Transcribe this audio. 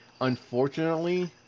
unfortunately